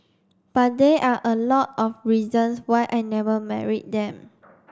but there are a lot of reasons why I never married them